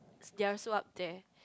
they also up there